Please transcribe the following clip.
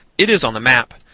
it is on the map.